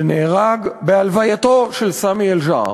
שנהרג בהלווייתו של סאמי אל-ג'עאר.